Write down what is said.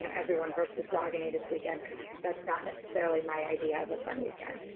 you know everyone versus ragini this weekend, cause that's not necessarily my idea of a fun weekend.